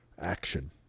action